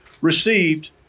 received